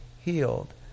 healed